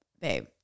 babe